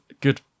Good